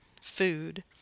food